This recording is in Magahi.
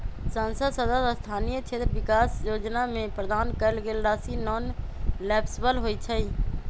संसद सदस्य स्थानीय क्षेत्र विकास जोजना में प्रदान कएल गेल राशि नॉन लैप्सबल होइ छइ